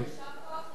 יישר כוח לך.